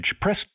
Press